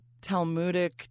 Talmudic